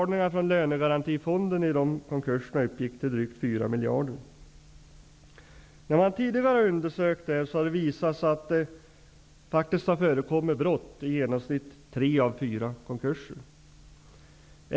När man tidigare har undersökt detta har det visat sig att det i genomsnitt faktiskt har förekommit brott i tre av fyra konkurser.